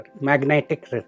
magnetic